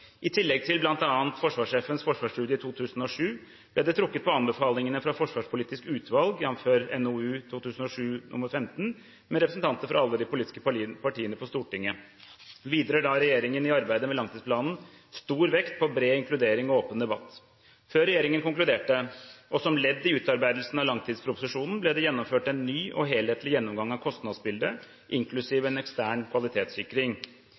I tillegg til bl.a. forsvarssjefens Forsvarsstudie 2007 ble det trukket på anbefalingene fra forsvarspolitisk utvalg, jf. NOU 2007: 15, med representanter fra alle de politiske partiene på Stortinget. Videre la regjeringen i arbeidet med langtidsplanen stor vekt på bred inkludering og åpen debatt. Før regjeringen konkluderte, og som ledd i utarbeidelsen av langtidsproposisjonen, ble det gjennomført en ny og helhetlig gjennomgang av kostnadsbildet, inklusiv en ekstern kvalitetssikring.